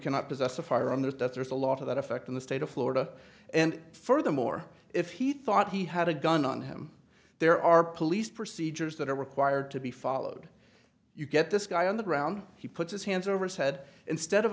cannot possess a firearm there's a lot of that effect in the state of florida and furthermore if he thought he had a gun on him there are police procedures that are required to be followed you get this guy on the ground he puts his hands over his head instead of